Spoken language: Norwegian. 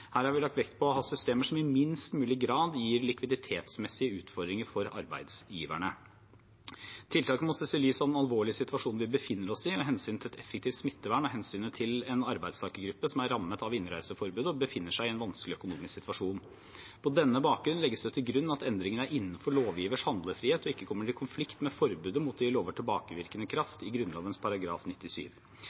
Her har vi lagt vekt på å ha systemer som i minst mulig grad gir likviditetsmessige utfordringer for arbeidsgiverne. Tiltaket må ses i lys av den alvorlige situasjonen vi befinner oss i, hensynet til et effektivt smittevern og hensynet til en arbeidstakergruppe som er rammet av innreiseforbudet og befinner seg i en vanskelig økonomisk situasjon. På denne bakgrunn legges det til grunn at endringene er innenfor lovgivers handlefrihet og ikke kommer i konflikt med forbudet mot å gi lover tilbakevirkende kraft i Grunnloven § 97.